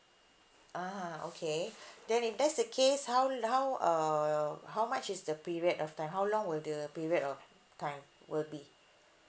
(uh huh) okay then if that's the case how l~ how err how much is the period of time how long will do the period of time will be